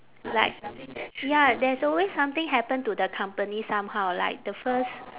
like ya there's always something happen to the company somehow like the first